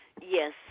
Yes